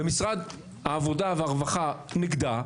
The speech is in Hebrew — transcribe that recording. ומשרד העבודה והרווחה נגדה,